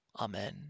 Amen